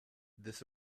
this